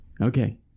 okay